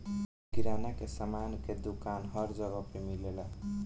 किराना के सामान के दुकान हर जगह पे मिलेला